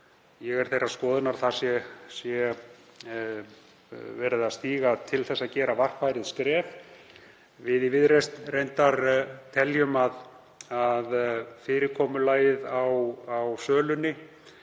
Ég er þeirrar skoðunar að þar sé verið að stíga til þess að gera varfærið skref. Við í Viðreisn teljum reyndar að fyrirkomulaginu á sölunni